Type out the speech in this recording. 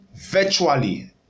Virtually